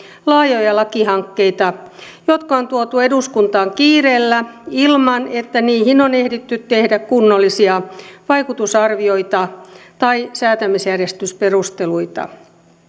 laajoja lakihankkeita jotka on tuotu eduskuntaan kiireellä ilman että niihin on ehditty tehdä kunnollisia vaikutusarvioita tai säätämisjärjestysperusteluita